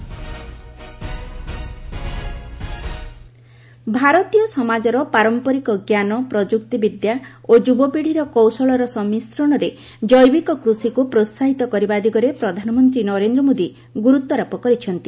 PM reviews ICAR ଭାରତୀୟ ସମାଜର ପାରମ୍ପରିକ ଜ୍ଞାନ ପ୍ରଯୁକ୍ତିବିଦ୍ୟା ଓ ଯୁବପିଢ଼ିର କୌଶଳର ସମ୍ମିଶ୍ରଣରେ ଜୈବିକ କୃଷିକୁ ପ୍ରୋସାହିତ କରିବା ଉପରେ ପ୍ରଧାନମନ୍ତ୍ରୀ ନରେନ୍ଦ୍ର ମୋଦୀ ଗୁରୁତ୍ୱାରୋପ କରିଛନ୍ତି